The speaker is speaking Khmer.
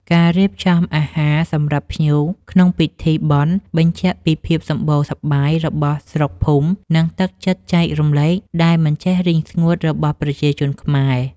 ការរៀបចំអាហារសម្រាប់ភ្ញៀវក្នុងពិធីបុណ្យបញ្ជាក់ពីភាពសម្បូរសប្បាយរបស់ស្រុកភូមិ និងទឹកចិត្តចែករំលែកដែលមិនចេះរីងស្ងួតរបស់ប្រជាជនខ្មែរ។